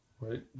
right